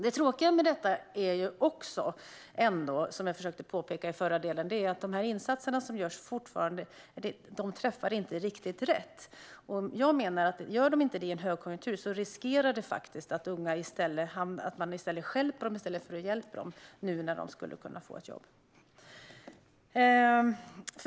Det tråkiga med detta är också, vilket jag försökte påpeka i förra inlägget, att de insatser som görs inte träffar riktigt rätt. Gör de inte det i en högkonjunktur riskerar vi att stjälpa i stället för att hjälpa de unga nu när de skulle kunna få ett jobb.